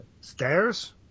Stairs